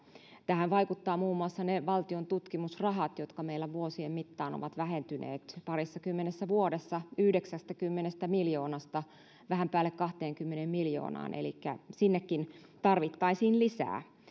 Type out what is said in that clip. tähän vaikuttavat muun muassa valtion tutkimusrahat jotka meillä vuosien mittaan ovat vähentyneet parissakymmenessä vuodessa yhdeksänkymmentä miljoonasta vähän päälle kahteenkymmeneen miljoonaan elikkä sinnekin tarvittaisiin lisää